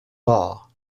law